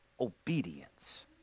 obedience